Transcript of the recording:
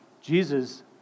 Jesus